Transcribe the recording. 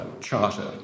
Charter